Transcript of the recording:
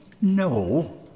No